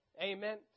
Amen